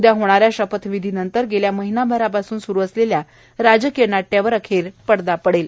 उद्या होणाऱ्या शपथविधीनंतर गेल्या महिनाभरापासून सुरू असलेल्या राजकीय नाट्यावर अखेर पडदा पडेल